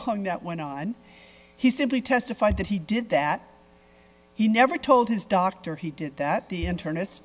home that went on he simply testified that he did that he never told his doctor he didn't that the internet